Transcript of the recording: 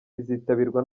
kizitabirwa